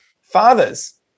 Fathers